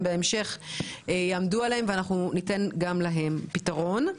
בהמשך יעמדו עליהם ואנחנו ניתן גם להם פתרון.